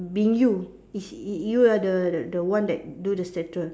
being you it's y~ you are the the one that do the statue